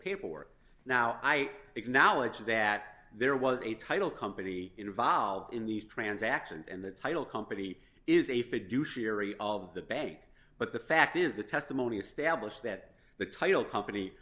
paperwork now i acknowledge that there was a title company involved in these transactions and the title company is a fiduciary of the bank but the fact is the testimony established that the title company